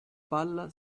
palla